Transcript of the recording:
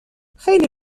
خیلی